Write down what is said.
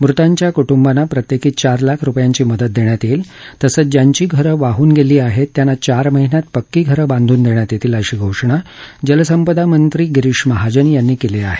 मृतांच्या कुटुंबांना प्रत्येकी चार लाख रुपयांची मदत देण्यात येईल तसंच ज्यांची घर वाहन गेली आहेत त्यांना चार महिन्यात पक्की घरं बांधून देण्यात येतील अशी घोषणा जलसंपदा मंत्री गिरीश महाजन यांनी केली आहे